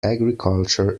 agriculture